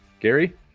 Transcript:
Gary